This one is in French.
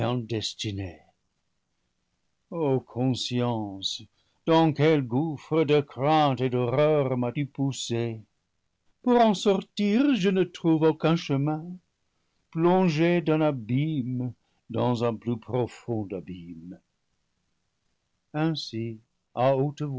destinée o conscience dans quel gouffre de craintes et d'horreurs m'as-tu poussé pour en sortir je ne trouve aucun chemin plongé d'un abîme dans un plus pro fond abîme ainsi à haute